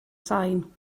sain